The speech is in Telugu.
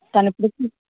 తను ఇప్పుడికే